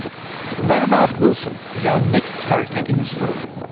vlademar poulsen is our next character in the story.